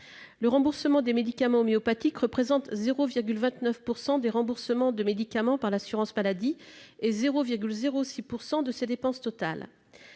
Le remboursement des médicaments homéopathiques représente 0,29 % des remboursements de médicaments par l'assurance maladie et 0,06 % de ses dépenses totales.